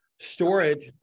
storage